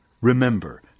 Remember